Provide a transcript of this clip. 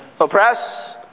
oppress